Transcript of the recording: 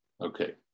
Okay